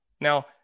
Now